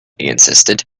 insisted